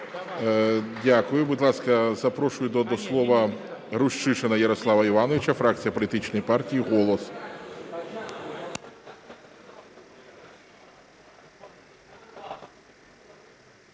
Дякую. Будь ласка, запрошую до слова Рущишина Ярослава Івановича, фракція політичної партії "Голос".